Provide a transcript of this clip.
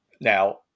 now